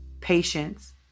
patience